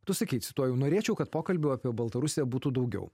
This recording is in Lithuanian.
tu sakei cituoju norėčiau kad pokalbių apie baltarusiją būtų daugiau